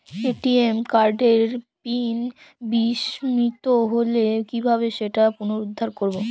ATM কার্ডের PIN বিস্মৃত হলে কীভাবে সেটা পুনরূদ্ধার করব?